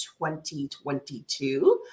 2022